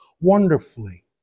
wonderfully